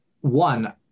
one